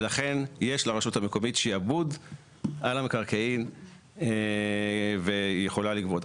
ולכן יש לרשות המקומית שיעבוד על המקרקעין והיא יכולה לגבות.